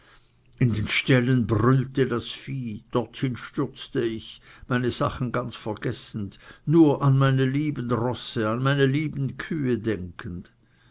in den ställen brüllte das vieh dorthin stürzte ich meine sachen ganz vergessend nur an meine lieben rosse an meine lieben kühe denkend